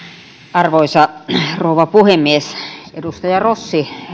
arvoisa rouva puhemies edustaja rossi